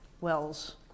wells